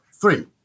Three